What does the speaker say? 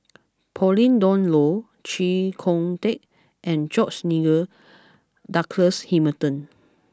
Pauline Dawn Loh Chee Kong Tet and George Nigel Douglas Hamilton